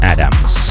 Adams